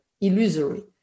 illusory